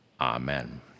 amen